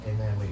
Amen